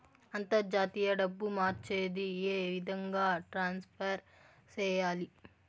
అంతర్జాతీయ డబ్బు మార్చేది? ఏ విధంగా ట్రాన్స్ఫర్ సేయాలి?